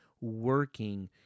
working